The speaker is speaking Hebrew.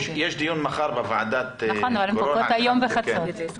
יש דיון מחר בוועדת הקורונה, כן.